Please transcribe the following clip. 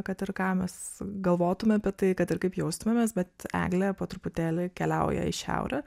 kad ir ką mes galvotume apie tai kad ir kaip jaustumėmės bet eglė po truputėlį keliauja į šiaurę